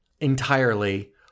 entirely